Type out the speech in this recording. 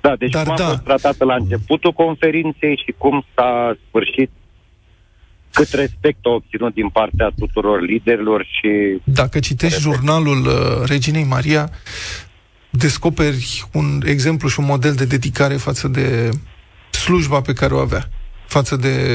Da, deci Dar cum a da. fost tratată la începutul conferinței și cum s-a sfârșit? Cât respect au obținut din partea tuturor liderilor și- Dacă citești Respect. jurnalul, uh, reginei Maria, descoperi un exemplu și un model de dedicare față de slujba pe care o avea, față de-